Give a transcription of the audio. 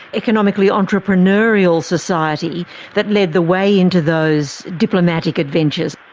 economically entrepreneurial society that led the way into those diplomatic adventures.